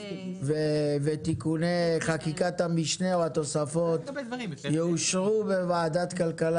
תיקוני חקיקת המשנה או התוספות יאושרו בוועדת הכלכלה.